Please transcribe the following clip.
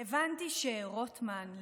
הבנתי שרוטמן,